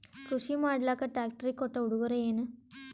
ಕೃಷಿ ಮಾಡಲಾಕ ಟ್ರಾಕ್ಟರಿ ಕೊಟ್ಟ ಉಡುಗೊರೆಯೇನ?